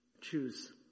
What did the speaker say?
Choose